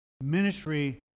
ministry